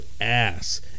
ass